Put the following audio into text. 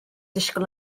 disgwyl